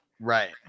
Right